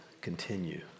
continue